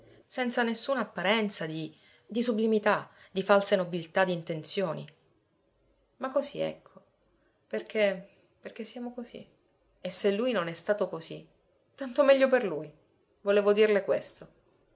senza nessuna apparenza di di sublimità di false nobiltà d'intenzioni ma così ecco perché perché siamo così e se lui non è stato così tanto meglio per lui volevo dirle questo